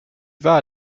vas